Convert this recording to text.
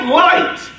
light